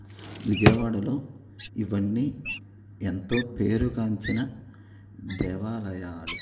విజయవాడలో ఇవన్నీ ఎంతో పేరుగాంచిన దేవాలయాలు